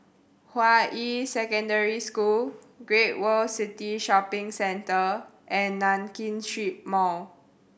Hua Yi Secondary School Great World City Shopping Centre and Nankin Street Mall